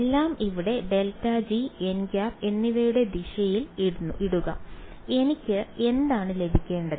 എല്ലാം ഇവിടെ ∇g nˆ എന്നിവയുടെ ദിശയിൽ ഇടുക എനിക്ക് എന്താണ് ലഭിക്കേണ്ടത്